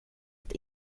att